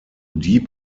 deep